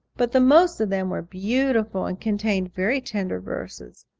but the most of them were beautiful and contained very tender verses.